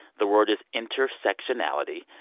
the word is intersectionality.